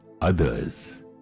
others